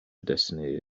destiny